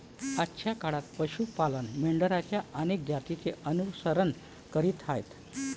आजच्या काळात पशु पालक मेंढरांच्या अनेक जातींचे अनुसरण करीत आहेत